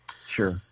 Sure